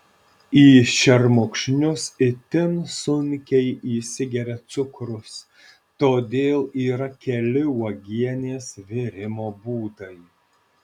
į šermukšnius itin sunkiai įsigeria cukrus todėl yra keli uogienės virimo būdai